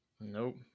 Nope